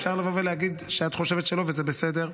אפשר לבוא ולהגיד שאת חושבת שלא, וזה בסדר.